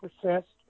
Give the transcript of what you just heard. processed